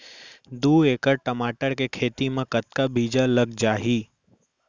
दू एकड़ टमाटर के खेती मा कतका बीजा लग जाही?